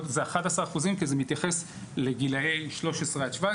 זה 11% כי זה מתייחס לגילאי 13-17,